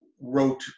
wrote